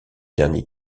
dernier